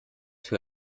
für